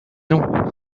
non